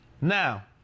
now